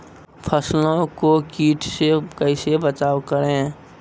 फसलों को कीट से कैसे बचाव करें?